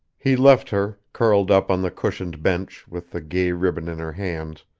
he left her, curled up on the cushioned bench, with the gay ribbon in her hands,